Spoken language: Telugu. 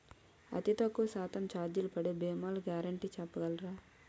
అతి తక్కువ శాతం ఛార్జీలు పడే భీమాలు గ్యారంటీ చెప్పగలరా?